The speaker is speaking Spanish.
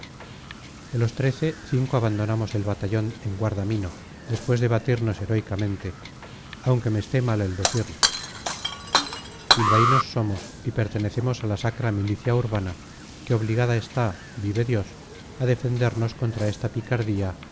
de los trece cinco abandonamos el batallón en guardamino después de batirnos heroicamente aunque me esté mal el decirlo bilbaínos somos y pertenecemos a la sacra milicia urbana que obligada está vive dios a defendernos contra esta picardía